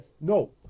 No